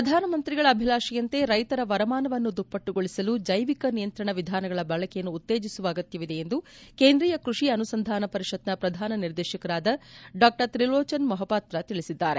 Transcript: ಪ್ರಧಾನಮಂತ್ರಿಗಳ ಅಭಿಲಾಶೆಯಂತೆ ಕೈತರ ವರಮಾನವನ್ನು ದುಪ್ಪಟ್ಟುಗೊಳಿಸಲು ಜೈವಿಕ ನಿಯಂತ್ರಣ ವಿಧಾನಗಳ ಬಳಕೆಯನ್ನು ಉತ್ತೇಜಿಸುವ ಅಗತ್ತವಿದೆ ಎಂದು ಕೇಂದ್ರೀಯ ಕೃಷಿ ಅನುಸಂಧಾನ ಪರಿಷತ್ನ ಪ್ರಧಾನ ನಿರ್ದೇಶಕರಾದ ಡಾತ್ರಿಲೋಚನ್ ಮೊಹಪಾತ್ರ ತಿಳಿಸಿದ್ದಾರೆ